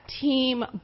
team